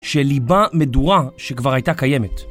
שליבה מדורה שכבר הייתה קיימת.